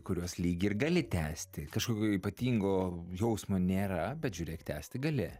kuriuos lyg ir gali tęsti kažkokio ypatingo jausmo nėra bet žiūrėk tęsti gali